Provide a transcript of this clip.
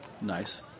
Nice